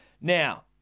Now